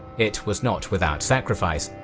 it was not without sacrifice,